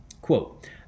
quote